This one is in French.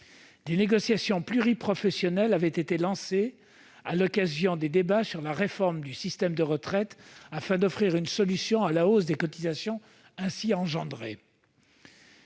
Des négociations pluriprofessionnelles avaient été lancées à l'occasion des débats sur la réforme du système de retraite, afin d'offrir une solution à la hausse des cotisations ainsi engendrée.